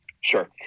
Sure